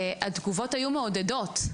והתגובות היו מעודדות.